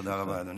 תודה רבה, אדוני.